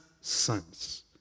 sons